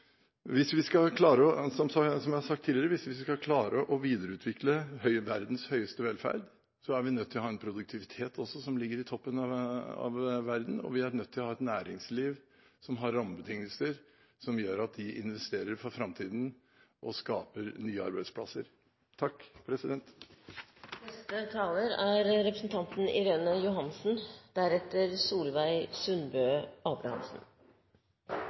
Hvis vi skal klare – som jeg har sagt tidligere – å videreutvikle verdens høyeste velferd, er vi nødt til også å ha en produktivitet som ligger i toppen av verden, og vi er nødt til å ha et næringsliv som har rammebetingelser som gjør at de investerer for framtiden og skaper nye arbeidsplasser. Jeg registrerer at vi leser hverandres merknader – det er